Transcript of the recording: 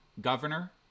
governor